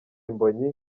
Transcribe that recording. mbonyi